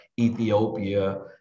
Ethiopia